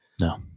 no